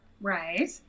Right